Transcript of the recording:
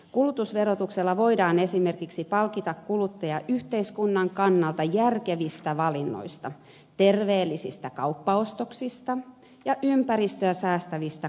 kulutusverotuksella voidaan esimerkiksi palkita kuluttajat yhteiskunnan kannalta järkevistä valinnoista terveellisistä kauppaostoksista ja ympäristöä säästävistä kulutustottumuksista